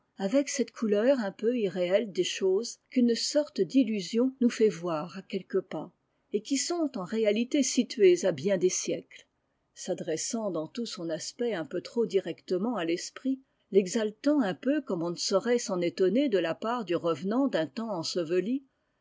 avec cette couleur un peu irréelle des choses qu'une sorte d'illusion nous fait voir à quelques pas et qui sont en réalité situées à bien des siècles s'adressant dans tout son aspect un peu trop directement à l'esprit l'exaltant un peu comme on ne saurait s'en étonner de la part du revenant d'un temps enseveli